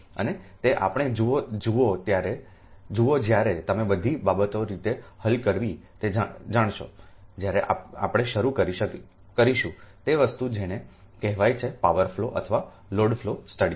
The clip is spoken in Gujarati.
અને તે આપણે જુઓ જ્યારે તમે બધી બાબતોને રીતે હલ કરવી તે જાણશો જ્યારે આપણે શરૂ કરીશું તે વસ્તુ જેને કહેવાય છે પાવર ફ્લો અથવા લોડ ફ્લોસ્ટડીઝ